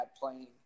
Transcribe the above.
playing